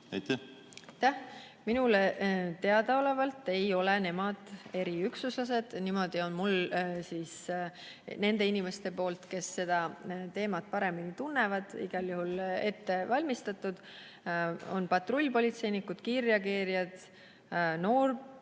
Minule teadaolevalt ei ole nad eriüksuslased. Niimoodi on mind need inimesed, kes seda teemat paremini tunnevad, igal juhul ette valmistanud: on patrullpolitseinikud, kiirreageerijad, noorsoopolitseinikud,